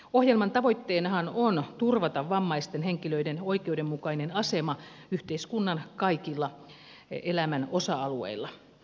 ohjelman tavoitteenahan on turvata vammaisten henkilöiden oikeudenmukainen asema yhteiskunnan kaikilla elämän osa alueilla